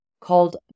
called